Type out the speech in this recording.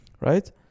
Right